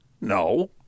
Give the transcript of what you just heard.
No